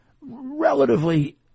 relatively